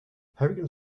hurricane